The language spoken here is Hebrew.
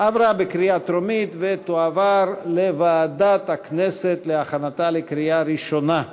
עברה בקריאה טרומית ותועבר לוועדת הכנסת להכנתה לקריאה ראשונה.